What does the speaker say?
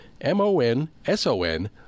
M-O-N-S-O-N